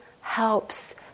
helps